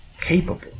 capable